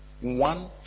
one